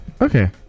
okay